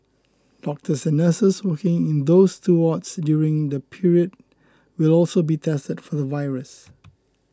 doctors and nurses working in those two wards during the period will also be tested for the virus